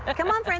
ah come on,